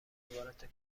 عبارت